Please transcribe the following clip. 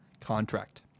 contract